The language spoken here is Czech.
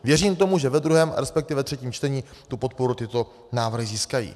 Věřím tomu, že ve druhém, respektive ve třetím čtení tu podporu tyto návrhy získají.